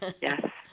Yes